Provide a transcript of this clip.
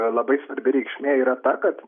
labai svarbi reikšmė yra ta kad